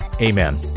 Amen